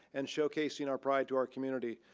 and showcasing our pride to our community,